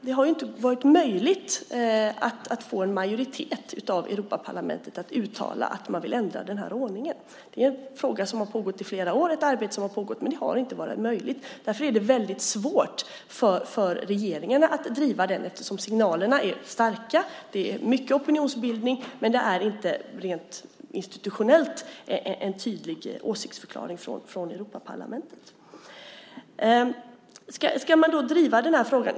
Det har inte varit möjligt att få en majoritet i Europaparlamentet att uttala att man vill ändra ordningen. Det är en fråga som har varit aktuell och ett arbete som har pågått i många år. Men det har inte varit möjligt. Det är därför väldigt svårt för regeringen att driva den frågan. Signalerna är starka. Det är mycket opinionsbildning, men det är inte rent institutionellt en tydlig åsiktsförklaring från Europaparlamentet. Ska man driva den frågan?